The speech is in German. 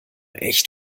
echt